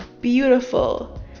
beautiful